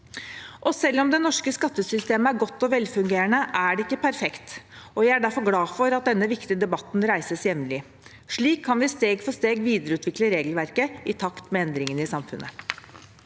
Selv om det norske skattesystemet er godt og velfungerende, er det ikke perfekt. Jeg er derfor glad for at den ne viktige debatten reises jevnlig. Slik kan vi steg for steg videreutvikle regelverket i takt med endringene i samfunnet.